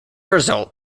result